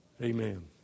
Amen